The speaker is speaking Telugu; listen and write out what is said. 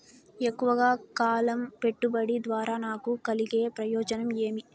ఎక్కువగా కాలం పెట్టుబడి ద్వారా నాకు కలిగే ప్రయోజనం ఏమి?